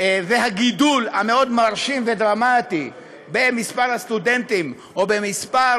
והגידול המרשים מאוד והדרמטי במספר הסטודנטים או במספר